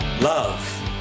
love